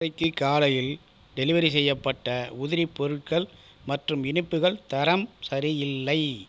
இன்றைக்கு காலையில் டெலிவரி செய்யப்பட்ட உதிரி பொருட்கள் மற்றும் இனிப்புகள் தரம் சரியில்லை